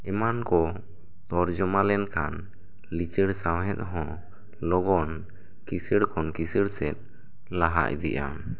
ᱮᱢᱟᱱ ᱠᱚ ᱛᱚᱨᱡᱚᱢᱟ ᱞᱮᱱ ᱠᱷᱟᱱ ᱞᱤᱪᱟᱹᱲ ᱥᱟᱶᱦᱮᱫ ᱦᱚᱸ ᱞᱚᱜᱚᱱ ᱠᱤᱥᱟᱹᱬ ᱠᱷᱚᱱ ᱠᱤᱥᱟᱹᱬ ᱥᱮᱱ ᱞᱟᱦᱟ ᱤᱫᱤᱜᱼᱟ